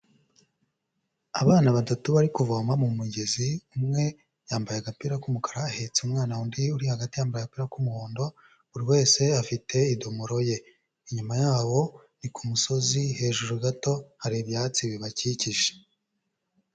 Abana batatu bari kuvoma mu mugezi, umwe yambaye agapira k'umukara ahetse umwana, undi uri hagati yambaye agapira k'umuhondo, buri wese afite idomoro ye. Inyuma yabo ni ku musozi, hejuru gato hari ibyatsi bibakikije.